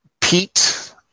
Pete